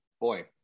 boy